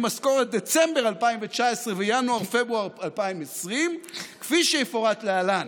משכורת דצמבר 2019 וינואר-פברואר 2020 כפי שיפורט להלן.